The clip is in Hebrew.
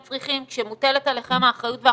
כשמוטלת עליכם האחריות והחובה,